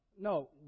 No